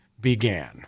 began